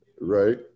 Right